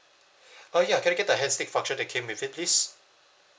uh ya can I get the hand stick function that came with it please